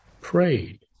prayed